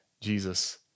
Jesus